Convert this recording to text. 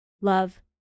Love